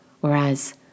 Whereas